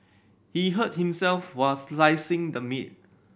he hurt himself while slicing the meat